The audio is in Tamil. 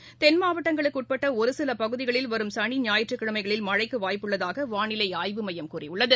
சனி தென்மாவட்டங்களுக்குஉட்பட்டஒருசிலபகுதிகளில் வரும் ஞாயிற்றுக்கிழமைகளில் மழைக்குவாய்ப்புள்ளதாகவானிலைஆய்வு மையம் கூறியுள்ளது